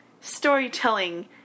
storytelling